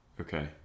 Okay